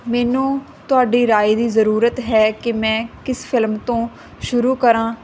ਮੈਨੂੰ ਤੁਹਾਡੀ ਰਾਏ ਦੀ ਜਰੂਰਤ ਹੈ ਕਿ ਮੈਂ ਕਿਸ ਫਿਲਮ ਤੋਂ ਸ਼ੁਰੂ ਕਰਾਂ